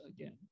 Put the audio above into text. again